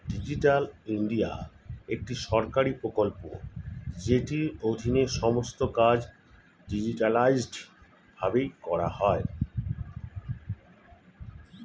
digital India একটি সরকারি প্রকল্প যেটির অধীনে সমস্ত কাজ ডিজিটালাইসড ভাবে করা হয়